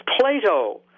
Plato